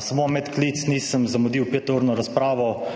Samo medklic, nisem zamudil peturne razprave,